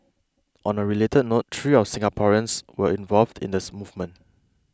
on a related note three of Singaporeans were involved in the movement